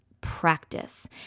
practice